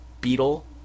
beetle